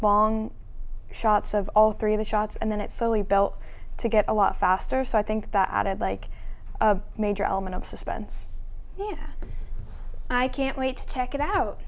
long shots of all three of the shots and then it's only bell to get a lot faster so i think that added like a major element of suspense i can't wait to check it out